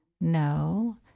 no